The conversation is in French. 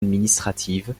administratives